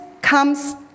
comes